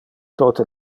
tote